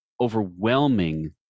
overwhelming